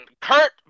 Kurt